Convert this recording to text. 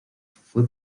fue